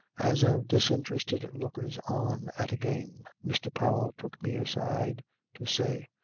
as of disinterested lookers-on at a game. mr. powell took me aside to say,